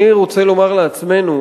אני רוצה לומר לעצמנו,